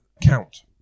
count